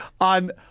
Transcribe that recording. on